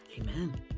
Amen